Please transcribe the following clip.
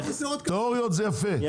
תיאוריות זה יפה,